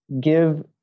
give